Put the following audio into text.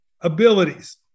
abilities